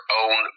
own